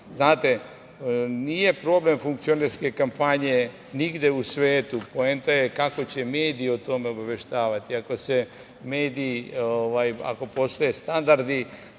nije problem funkcionerske kampanje nigde u svetu, poenta je kako će mediji o tome obaveštavati. Ako postoje standardi,